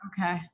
Okay